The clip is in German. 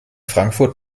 frankfurt